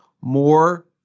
more